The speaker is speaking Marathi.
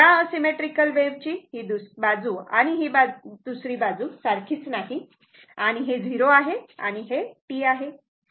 या असिमेट्रीकल वेव्ह ची ही बाजू आणि ही दुसरी बाजू सारखीच नाही आणि हे 0 आहे आणि हे T आहे